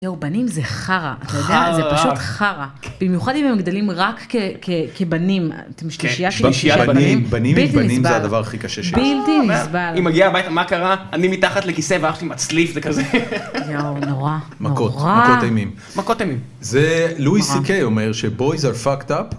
יואו, בנים זה חרא, אתה יודע, זה פשוט חרא, במיוחד אם הם גדלים רק כבנים, בשלישייה שלי, בשלישייה בנים, בלתי נסבל, בלתי נסבל, היא מגיעה הביתה, מה קרה? אני מתחת לכיסא ואח שלי מצליף, זה כזה, יואו, נורא, נורא, מכות, מכות אימים, מכות אימים, זה לואי סי-קיי אומר שבוייז אר פאקט אפ,